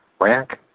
Rank